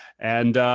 and